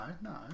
no